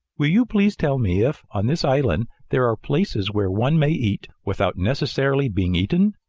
will you please tell me if, on this island, there are places where one may eat without necessarily being eaten?